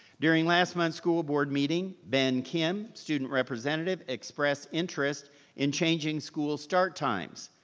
during last month's school board meeting, ben kim, student representative, expressed interest in changing school start times.